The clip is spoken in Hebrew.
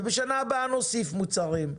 ובשנה הבאה נוסיף מוצרים.